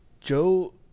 Joe